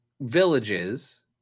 villages